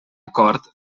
acord